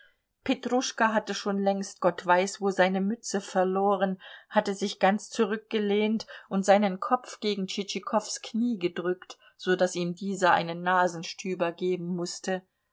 petruschka hatte schon längst gott weiß wo seine mütze verloren hatte sich ganz zurückgelehnt und seinen kopf gegen tschitschikows knie gedrückt so daß ihm dieser einen nasenstüber geben mußte